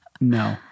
No